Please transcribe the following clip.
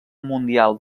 mundial